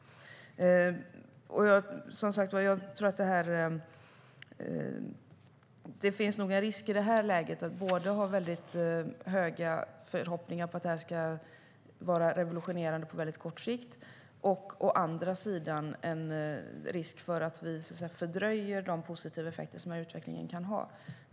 I det här läget finns det nog å ena sidan en risk att man har väldigt stora förhoppningar på att det här ska vara revolutionerande på väldigt kort sikt och å andra sidan en risk för att vi fördröjer de positiva effekter som utvecklingen kan ha.